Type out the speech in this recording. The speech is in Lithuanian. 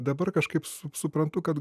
dabar kažkaip sup suprantu kad